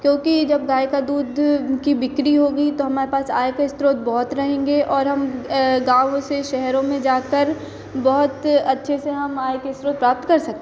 क्योंकि जब गाय का दूध की बिक्री होगी तो हमारे पास आय के स्रोत बहुत रहेंगे और हम गाँव से शहरों में जाकर बहुत अच्छे से हम आय के स्रोत प्राप्त कर सकते हैं